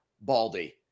Baldy